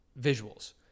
visuals